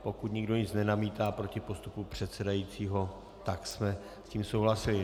Pokud nikdo nic nenamítá proti postupu předsedajícího, tak jsme s tím souhlasili.